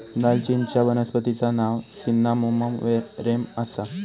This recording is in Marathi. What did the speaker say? दालचिनीचच्या वनस्पतिचा नाव सिन्नामोमम वेरेम आसा